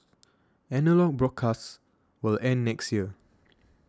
analogue broadcasts will end next year